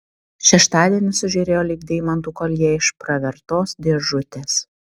šeštadienis sužėrėjo lyg deimantų koljė iš pravertos dėžutės